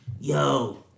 yo